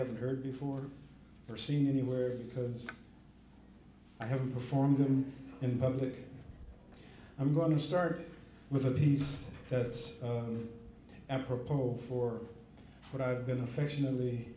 haven't heard before or seen anywhere because i haven't performed them in public i'm going to start with a piece that's a proposal for what i've been affectionately